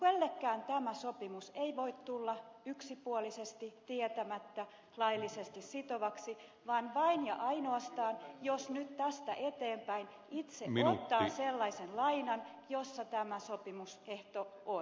kenellekään tämä sopimus ei voi tulla yksipuolisesti tietämättä laillisesti sitovaksi vaan vain ja ainoastaan jos nyt tästä eteenpäin itse ottaa sellaisen lainan jossa tämä sopimusehto on